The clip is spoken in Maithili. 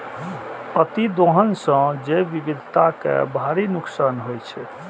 अतिदोहन सं जैव विविधता कें भारी नुकसान होइ छै